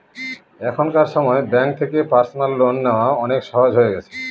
এখনকার সময় ব্যাঙ্ক থেকে পার্সোনাল লোন নেওয়া অনেক সহজ হয়ে গেছে